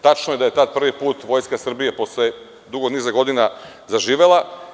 Tačno je da je tada prvi put Vojska Srbije, posle dugog niza godina, zaživela.